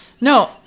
No